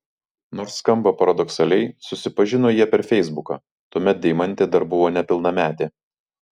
nors skamba paradoksaliai susipažino jie per feisbuką tuomet deimantė dar buvo nepilnametė